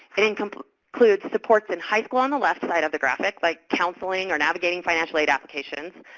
it includes includes supports in high school on the left side of the graphic, like counseling or navigating financial aid applications.